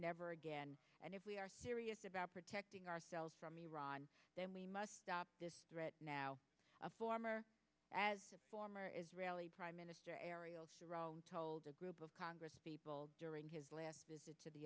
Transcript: never again and if we are serious about protecting ourselves from the iran then we must stop this threat now a former former israeli prime minister ariel sharon told a group of congress people during his last visit to the